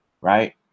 right